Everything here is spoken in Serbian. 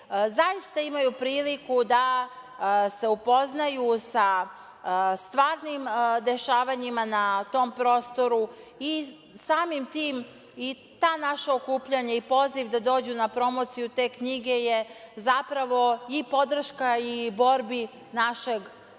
zaista imaju priliku da se upoznaju sa stvarnim dešavanjima na tom prostoru i samim tim i ta naša okupljanja i poziv da dođu na promociju te knjige, zapravo je i podrška borbi našeg narodna